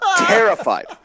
Terrified